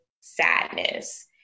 sadness